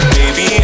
baby